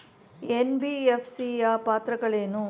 NBFC ಯ ಪಾತ್ರಗಳೇನು?